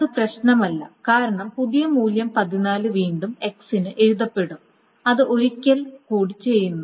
അത് പ്രശ്നമല്ല കാരണം പുതിയ മൂല്യം 14 വീണ്ടും x ന് എഴുതപ്പെടും അത് ഒരിക്കൽ കൂടി ചെയ്യുന്നു